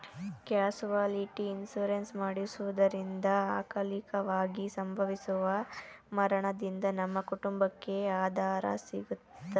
casualty insurance ಮಾಡಿಸುವುದರಿಂದ ಅಕಾಲಿಕವಾಗಿ ಸಂಭವಿಸುವ ಮರಣದಿಂದ ನಮ್ಮ ಕುಟುಂಬಕ್ಕೆ ಆದರೆ ಸಿಗುತ್ತದೆ